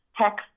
text